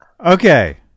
Okay